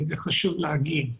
וזה חשוב להגיד.